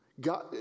God